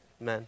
amen